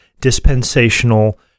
dispensational